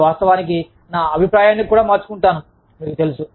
మరియు వాస్తవానికి నా అభిప్రాయాన్ని కూడా మార్చుకుంటాను మీకు తెలుసు